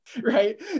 right